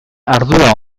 ardura